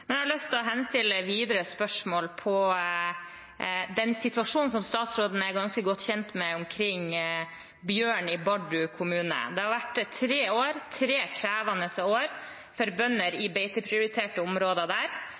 Jeg har lyst til å stille videre spørsmål om den situasjonen som statsråden er ganske godt kjent med, omkring bjørn i Bardu kommune. Det har vært tre krevende år for bønder i beiteprioriterte områder der.